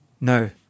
no